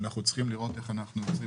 אנחנו צריכים לראות איך אנחנו יוצרים